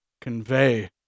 convey